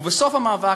ובסוף המאבק,